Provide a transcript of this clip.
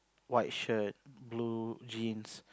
white shirt blue jeans